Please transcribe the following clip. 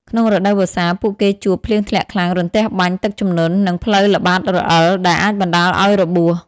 ក្នុងរដូវវស្សា ពួកគេជួប ភ្លៀងធ្លាក់ខ្លាំង រន្ទះបាញ់ ទឹកជំនន់ និងផ្លូវល្បាតរអិល ដែលអាចបណ្ដាលឲ្យរបួស។